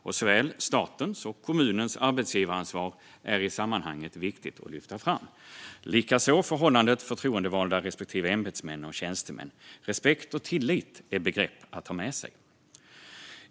Och såväl statens som kommuners arbetsgivaransvar är i sammanhanget viktigt att lyfta fram, förhållandet mellan förtroendevalda respektive ämbetsmän och tjänstemän likaså. Respekt och tillit är begrepp att ha med sig.